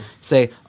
Say